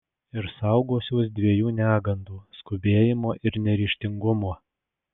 ir saugosiuos dviejų negandų skubėjimo ir neryžtingumo